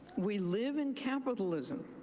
we live in capitalism.